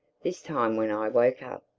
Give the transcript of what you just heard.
this time when i woke up,